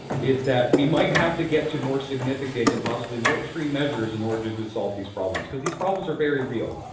is that we might have to get to more significant and possibly more extreme measures in order to solve these problems, because these problems are very real.